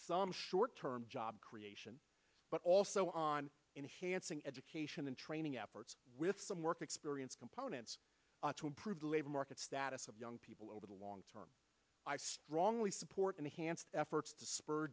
some short term job creation but also on enhancing education and training efforts with some work experience components to improve the labor market status of young people over the long term wrongly support enhanced efforts to spur